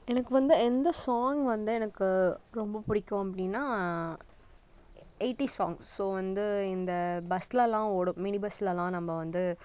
எனக்கு வந்து எந்த சாங் வந்து எனக்கு ரொம்ப பிடிக்கும் அப்படின்னா எயிட்டிஸ் சாங்ஸ் ஸோ வந்து இந்த பஸ்லலாம் ஓடும் மினி பஸ்லலாம் நம்ம வந்து